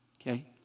Okay